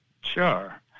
Sure